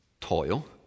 toil